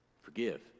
forgive